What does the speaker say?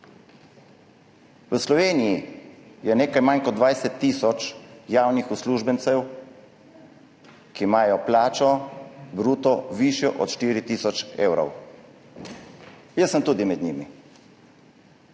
V Sloveniji je nekaj manj kot 20 tisoč javnih uslužbencev, ki imajo bruto plačo višjo od 4 tisoč evrov. Jaz sem tudi med njimi.